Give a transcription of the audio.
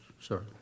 sorry